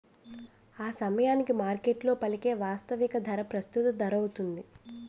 ఆసమయానికి మార్కెట్లో పలికే వాస్తవిక ధర ప్రస్తుత ధరౌతుంది